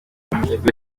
ikigo